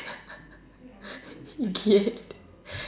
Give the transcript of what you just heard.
idiot